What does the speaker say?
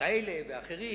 כאלה ואחרים,